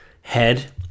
head